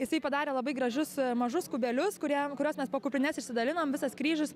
jisai padarė labai gražius mažus kubelius kurie kuriuos mes po kapines išsidalinom visas kryžius